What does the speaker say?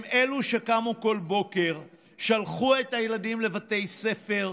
הם אלו שקמו כל בוקר, שלחו את הילדים לבתי ספר,